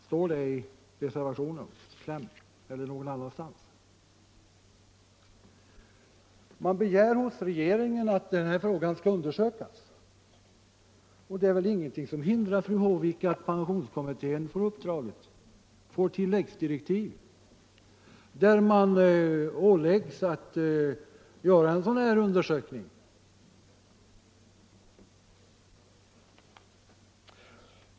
Står det i reservationen eller någon annanstans? Vi begär att riksdagen hemställer hos regeringen att frågan skall undersökas. Och det är väl ingenting som hindrar, fru Håvik, att pensionskommittén får tilläggsdirektiv, enligt vilka den åläggs att göra en sådan undersökning.